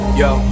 yo